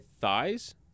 thighs